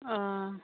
অঁ